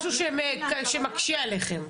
משהו שמקשה עליכם.